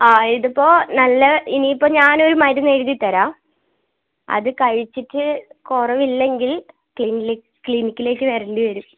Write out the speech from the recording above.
ആ ഇതിപ്പോള് നല്ല ഇനിയിപ്പോള് ഞാനൊരു മരുന്ന് എഴുതിത്തരാം അതു കഴിച്ചിട്ട് കുറവില്ലെങ്കിൽ ക്ലിനിക്കിലേക്കു വരേണ്ടിവരും